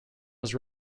was